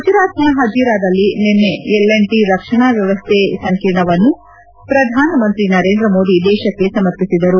ಗುಜರಾತ್ನ ಹಜೀರಾದಲ್ಲಿ ನಿನ್ನೆ ಎಲ್ ಅಂಡ್ ಟಿ ರಕ್ಷಣಾ ವ್ಯವಸ್ಥೆ ಸಂಕೀರ್ಣವನ್ನು ಪ್ರಧಾನಮಂತ್ರಿ ನರೇಂದ್ರ ಮೋದಿ ದೇಶಕ್ಕೆ ಸಮರ್ಪಿಸಿದರು